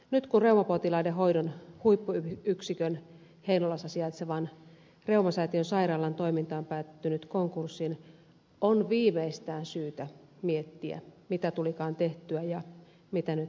nyt kun reumapotilaiden hoidon huippuyksikön heinolassa sijaitsevan reumasäätiön sairaalan toiminta on päätynyt konkurssiin on viimeistään syytä miettiä mitä tulikaan tehtyä ja mitä nyt pitäisi tehdä